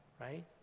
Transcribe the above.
right